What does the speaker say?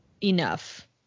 enough